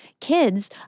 kids